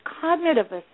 cognitive